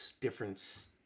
different